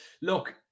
Look